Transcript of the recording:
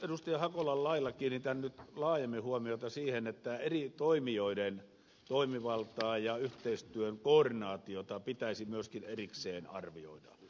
hakolan lailla kiinnitän nyt laajemmin huomiota siihen että eri toimijoiden toimivaltaa ja yhteistyön koordinaatiota pitäisi myöskin erikseen arvioida